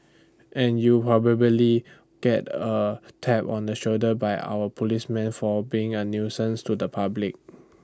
and you probably get A tap on the shoulder by our policemen for being A nuisance to the public